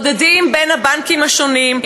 נודדים בין הבנקים השונים,